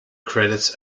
credits